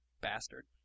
bastard